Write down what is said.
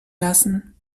lassen